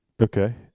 Okay